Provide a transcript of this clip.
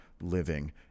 living